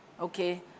okay